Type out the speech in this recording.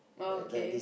oh okay